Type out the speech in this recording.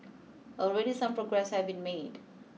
already some progress have been made